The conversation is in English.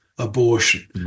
abortion